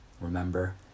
Remember